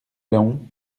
laon